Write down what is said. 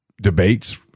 debates